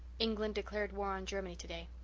england declared war on germany today,